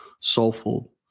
soulful